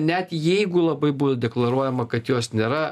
net jeigu labai buvo deklaruojama kad jos nėra